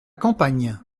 campagne